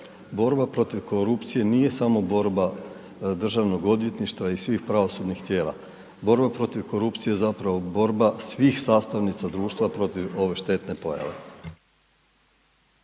borba protiv korupcije nije samo borba DORH-a i svih pravosudnih tijela. Borba protiv korupcije je zapravo borba svih sastavnica društva protiv ove štetne pojave.